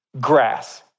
grass